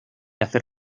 hacer